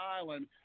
island